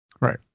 right